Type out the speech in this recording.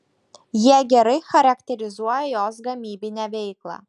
jie gerai charakterizuoja jos gamybinę veiklą